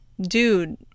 dude